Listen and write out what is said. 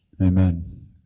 Amen